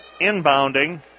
inbounding